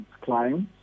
clients